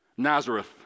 nazareth